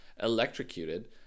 electrocuted